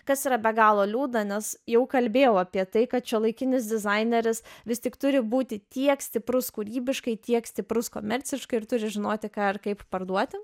kas yra be galo liūdna nes jau kalbėjau apie tai kad šiuolaikinis dizaineris vis tik turi būti tiek stiprus kūrybiškai tiek stiprus komerciškai ir turi žinoti ką ir kaip parduoti